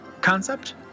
concept